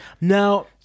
Now